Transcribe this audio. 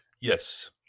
Yes